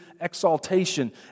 exaltation